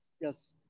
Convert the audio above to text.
yes